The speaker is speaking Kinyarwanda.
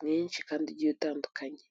mwinshi kandi ugiye utandukanye.